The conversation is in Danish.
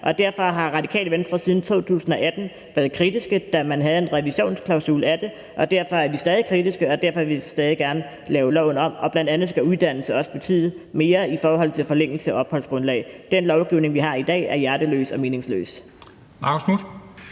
Derfor har Radikale Venstre siden 2018 været kritiske, da man havde en revisionsklausul i forhold til det, derfor er vi stadig kritiske, og derfor vil vi stadig gerne lave loven om. Bl.a. skal uddannelse også betyde mere i forhold til forlængelse af opholdsgrundlag. Den lovgivning, vi har i dag, er hjerteløs og meningsløs.